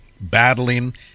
battling